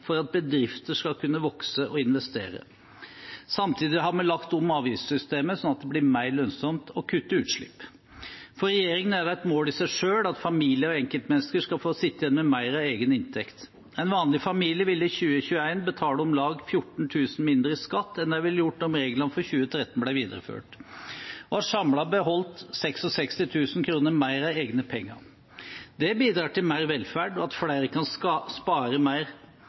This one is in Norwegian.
for at bedrifter skal kunne vokse og investere. Samtidig har vi lagt om avgiftssystemet, slik at det blir mer lønnsomt å kutte utslipp. For regjeringen er det et mål i seg selv at familier og enkeltmennesker skal få sitte igjen med mer av egen inntekt. En vanlig familie vil i 2021 betale om lag 14 000 kr mindre i skatt enn de ville gjort om reglene for 2013 ble videreført, og har samlet beholdt 66 000 kr mer av egne penger. Det bidrar til mer velferd og til at flere kan spare mer.